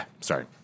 Sorry